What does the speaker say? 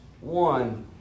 one